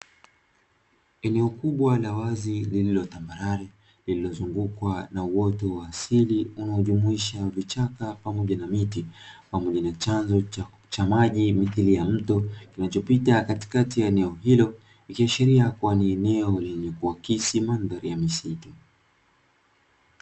Eneo kubwa la wazi lililo tambarale lilizungukwa na uoto wa asili unaojumuisha vichaka pamoja na miti, pamoja na chanzo cha maji mithiri ya mto kinachopita katikati ya eneo hilo, ikiashiria kuwa ni eneo lenye kuakisi mandhari ya misitu.